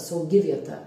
saugi vieta